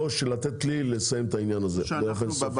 לתת לי לסיים את העניין הזה באופן סופי.